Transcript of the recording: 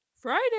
Friday